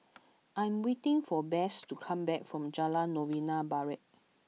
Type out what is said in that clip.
I am waiting for Bess to come back from Jalan Novena Barat